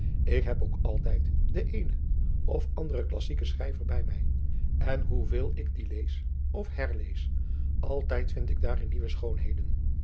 ik heb ook altijd den eenen of anderen klassieken schrijver bij mij en hoeveel ik die lees of herlees altijd vind ik daarin nieuwe schoonheden